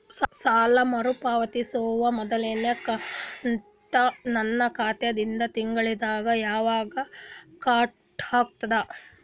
ಸಾಲಾ ಮರು ಪಾವತಿಸುವ ಮೊದಲನೇ ಕಂತ ನನ್ನ ಖಾತಾ ದಿಂದ ತಿಂಗಳದಾಗ ಯವಾಗ ಕಟ್ ಆಗತದ?